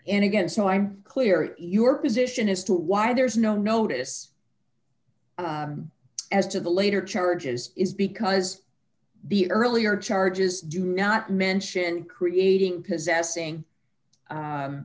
and again so i'm clear your position as to why there's no notice as to the later charges is because the earlier charges do not mention creating possessing